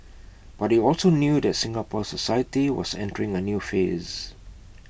but he also knew that Singapore society was entering A new phase